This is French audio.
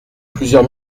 plusieurs